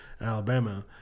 Alabama